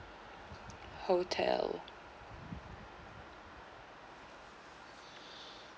hotel